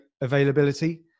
availability